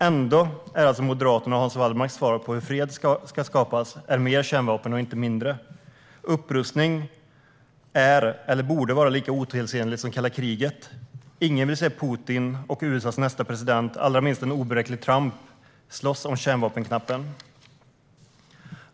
Ändå är alltså Moderaternas och Hans Wallmarks svar på hur fred ska skapas mer kärnvapen, inte mindre. Upprustning är, eller borde vara, lika otidsenligt som kalla kriget. Ingen vill se Putin och USA:s nästa president - allra minst en oberäknelig Trump - slåss om kärnvapenknappen.